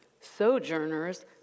sojourners